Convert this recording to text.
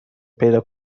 پیدا